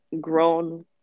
grown